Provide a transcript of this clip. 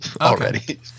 already